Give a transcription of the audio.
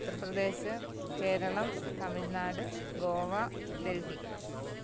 Uttar Pradesh Keralam Tamil Nadu Goa Delhi